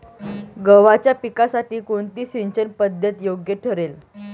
गव्हाच्या पिकासाठी कोणती सिंचन पद्धत योग्य ठरेल?